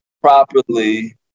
properly